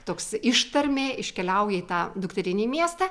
toks ištarmė iškeliauja į tą dukterinį miestą